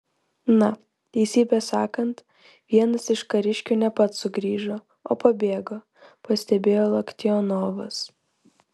na teisybę sakant vienas iš kariškių ne pats sugrįžo o pabėgo pastebėjo loktionovas